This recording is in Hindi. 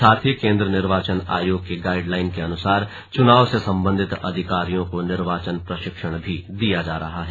साथ ही केंद्रीय निर्वाचन आयोग की गाइडलाइन के अनुसार चुनाव से संबंधित अधिकारियों को निर्वाचन प्रशिक्षण भी दिया जा रहा है